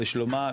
לשלומה,